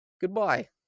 goodbye